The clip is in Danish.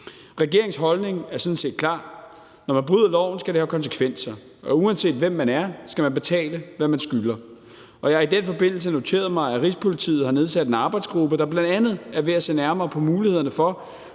Regeringens holdning er sådan set klar: Når man bryder loven, skal det have konsekvenser, og uanset hvem man er, skal man betale, hvad man skylder. Jeg har i den forbindelse noteret mig, at Rigspolitiet har nedsat en arbejdsgruppe, der bl.a. er ved at se nærmere på mulighederne for,